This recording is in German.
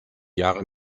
jahre